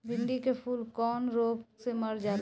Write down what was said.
भिन्डी के फूल कौने रोग से मर जाला?